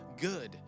good